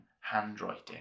handwriting